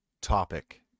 topic